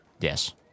yes